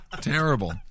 Terrible